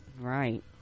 Right